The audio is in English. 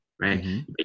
right